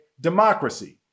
democracy